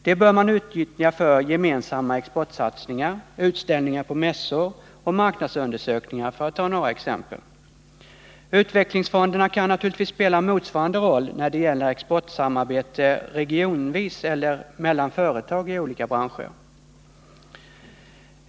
Det bör man utnyttja för gemensamma exportsatsningar, utställningar på mässor och marknadsundersökningar, för att ta några exempel. Utvecklingsfonderna kan naturligtvis spela motsvarande roll när det gäller exportsamarbete regionvis mellan företag i olika branscher.